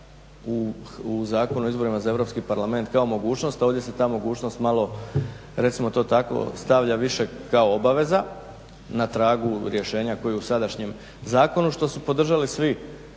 u Zakonu o izborima za Europski parlament kao mogućnost a ovdje se ta mogućnost malo, recimo to tako stavlja više kao obaveza na tragu rješenja koji je u sadašnjem zakonu što su podržali svi